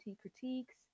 critiques